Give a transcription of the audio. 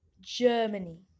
Germany